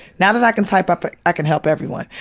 now that i can type, but i can help everyone.